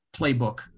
playbook